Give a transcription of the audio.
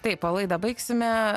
taip o laidą baigsime